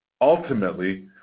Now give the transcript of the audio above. Ultimately